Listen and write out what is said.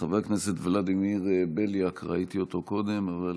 חבר הכנסת ולדימיר בליאק, ראיתי אותו קודם, אבל